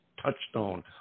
Touchstone